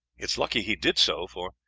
it is lucky he did so, for,